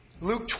Luke